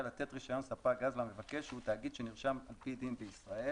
לתת רישיון ספק גז למבקש שהוא תאגיד שנרשם על פי דין בישראל".